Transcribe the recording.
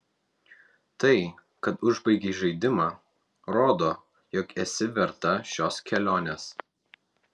tai kad užbaigei žaidimą rodo jog esi verta šios kelionės